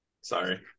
Sorry